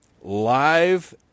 live